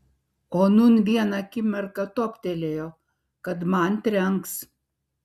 o nūn vieną akimirką toptelėjo kad man trenks